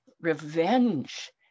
revenge